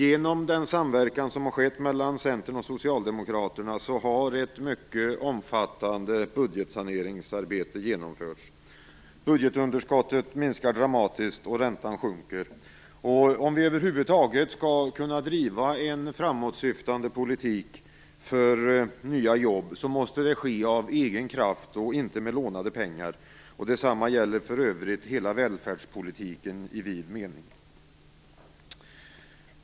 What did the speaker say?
Genom den samverkan som har skett mellan Centern och Socialdemokraterna har ett mycket omfattande budgetsaneringsarbete genomförts. Budgetunderskottet minskar dramatiskt, och räntan sjunker. Om vi över huvud taget skall kunna driva en framåtsyftande politik för nya jobb måste det ske av egen kraft och inte med lånade pengar. Detsamma gäller för övrigt hela välfärdspolitiken i vid mening.